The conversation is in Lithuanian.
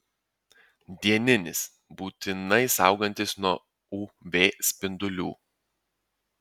dieninis būtinai saugantis nuo uv spindulių